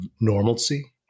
normalcy